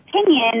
opinion